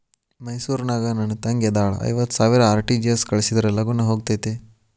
ಮೈಸೂರ್ ನಾಗ ನನ್ ತಂಗಿ ಅದಾಳ ಐವತ್ ಸಾವಿರ ಆರ್.ಟಿ.ಜಿ.ಎಸ್ ಕಳ್ಸಿದ್ರಾ ಲಗೂನ ಹೋಗತೈತ?